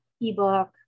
ebook